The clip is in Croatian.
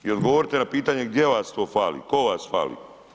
I odgovorite na pitanje gdje vas to fali, ko vas fali?